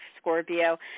Scorpio